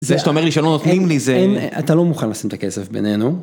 זה שאתה אומר לי שלא נותנים לי זה... אמ אתה לא מוכן לשים את הכסף בינינו.